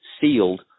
sealed